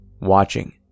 watching